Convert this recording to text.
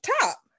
top